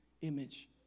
image